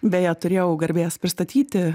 beje turėjau garbės pristatyti